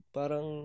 parang